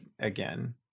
again